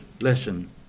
lesson